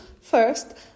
First